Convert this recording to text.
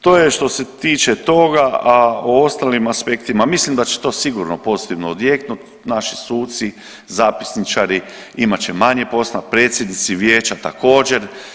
To je što se tiče toga, a o ostalim aspektima, mislim da će to sigurno pozitivno odjeknut, naši suci, zapisničari imat će manje posla, predsjednici vijeća također.